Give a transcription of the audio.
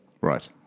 Right